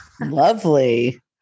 Lovely